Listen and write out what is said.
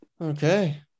Okay